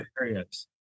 areas